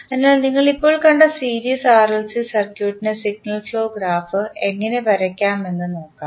അതിനാൽ നിങ്ങൾ ഇപ്പോൾ കണ്ട സീരീസ് ആർഎൽസി സർക്യൂട്ടിൻറെ സിഗ്നൽ ഫ്ലോ ഗ്രാഫ് എങ്ങനെ വരയ്ക്കാം എന്ന് നോക്കാം